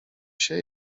się